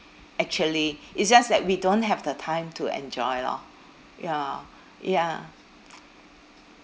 actually it's just that we don't have the time to enjoy lor ya ya